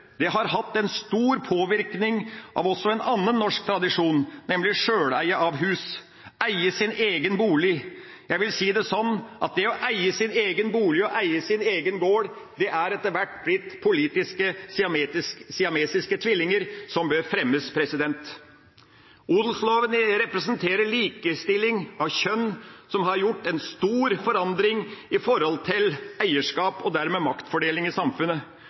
Det har hatt en stor påvirkning også på en annen norsk tradisjon, nemlig sjøleie av hus, det å eie sin egen bolig. Jeg vil si det sånn at det å eie sin egen bolig og eie sin egen gård, etter hvert er blitt politisk siamesiske tvillinger, som bør fremmes. Odelsloven representerer likestilling av kjønn, noe som har gjort en stor forandring når det gjelder eierskap, og dermed maktfordeling, i samfunnet.